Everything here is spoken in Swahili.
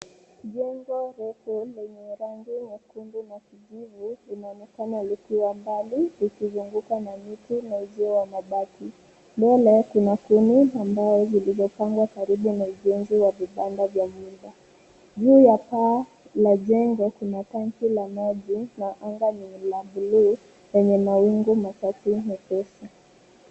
Jengo refu lenye rangi nyekundu na kijivu linaonekana likiwa mbali likizungukwa na miti na uzuio wa mabati. Mbele kuna kuni ambazo zilizopangwa karibu na ujenzi wa vibanda vya mwiva. Juu ya paa la jengo kuna tanki la maji na anga ni la buluu lenye mawingu machache mepesi.